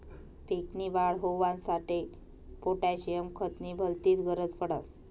पीक नी वाढ होवांसाठी पोटॅशियम खत नी भलतीच गरज पडस